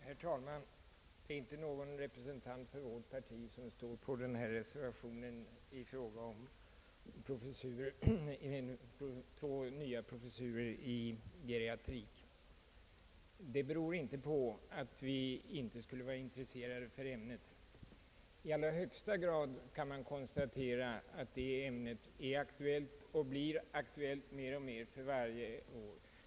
Herr talman! Att inte någon representant för vårt parti ställt sig bakom den reservation, vari föreslås inrättande av två nya professurer i geriatrik, beror inte på att vi inte skulle vara intresserade för ämnet. Man kan konstatera att detta ämne är i allra högsta grad aktuellt och blir allt aktuellare för varje år.